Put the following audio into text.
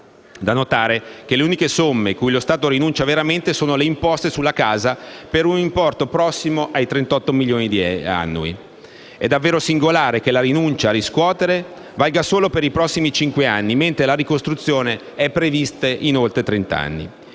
Da notare che le uniche somme cui lo Stato rinuncia veramente sono le imposte sulla casa, per un importo prossimo ai 38 milioni annui. È davvero singolare che la rinuncia a riscuotere valga solo per i prossimi cinque anni, mentre la ricostruzione è prevista in oltre trent'anni.